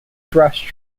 brush